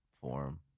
forum